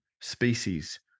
species